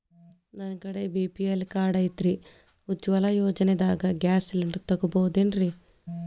ನನ್ನ ಕಡೆ BPL card ಐತ್ರಿ, ಉಜ್ವಲಾ ಯೋಜನೆದಾಗ ಗ್ಯಾಸ್ ಸಿಲಿಂಡರ್ ತೊಗೋಬಹುದೇನ್ರಿ?